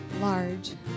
large